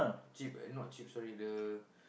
cheap eh not cheap sorry the